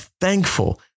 thankful